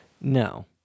No